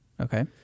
Okay